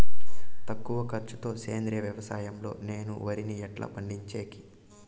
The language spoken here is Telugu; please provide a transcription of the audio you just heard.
తక్కువ ఖర్చు తో సేంద్రియ వ్యవసాయం లో నేను వరిని ఎట్లా పండించేకి?